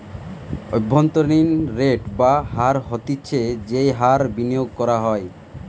অভ্যন্তরীন রেট বা হার হতিছে যেই হার বিনিয়োগ করা হয়